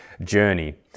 journey